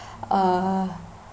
uh